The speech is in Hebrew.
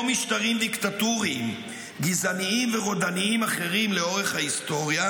כמו משטרים דיקטטוריים גזעניים ורודנים אחרים לאורך ההיסטוריה,